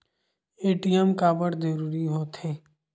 ATM काबर जरूरी हो थे?